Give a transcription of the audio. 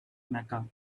mecca